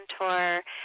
mentor